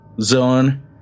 zone